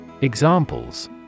Examples